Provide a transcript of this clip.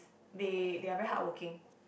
they they are very hardworking